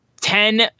Ten